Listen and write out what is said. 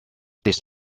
this